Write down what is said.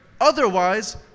Otherwise